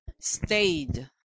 stayed